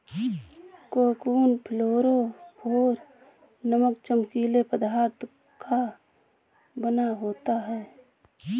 cocoon fluorophore नामक चमकीले पदार्थ का बना होता है